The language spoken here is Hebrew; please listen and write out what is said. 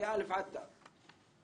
מ-א עד ת.